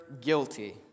guilty